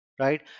right